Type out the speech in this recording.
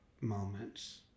moments